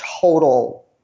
total